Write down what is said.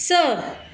स